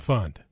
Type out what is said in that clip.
Fund